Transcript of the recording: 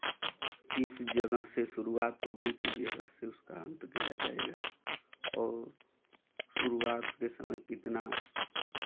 किस जगह से शुरुआत होगी किस जगह से उसका अंत किया जाएगा और शुरुआत के समय कितना